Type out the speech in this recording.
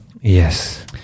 Yes